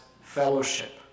fellowship